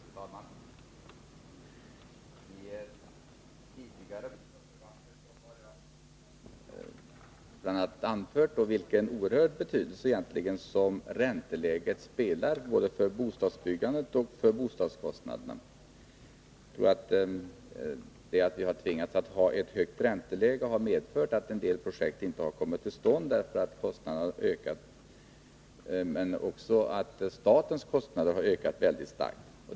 Fru talman! I tidigare bostadsdebatter har jag bl.a. anfört vilken oerhörd betydelse ränteläget har, både för bostadsbyggandet och för bostadskostnaderna. Att vi har tvingats ha ett högt ränteläge har medfört att en del projekt inte har kommit till stånd, därför att kostnaderna har ökat. Men också statens kostnader har ökat starkt.